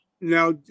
Now